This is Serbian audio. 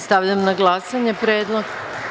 Stavljam na glasanje ovaj predlog.